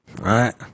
right